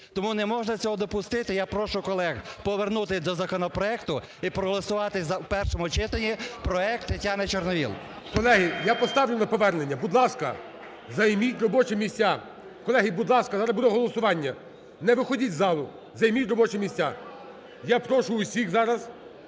тому неможна цього допустити. Я прошу колег повернутись до законопроекту і проголосувати у першому читанні проект Тетяни Чорновол. ГОЛОВУЮЧИЙ. Колеги, я поставлю на повернення. Будь ласка, займіть робочі місця. Колеги, будь ласка, зараз буде голосування. Не виходіть із залу, займіть робочі місця. Я прошу всіх зараз